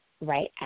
right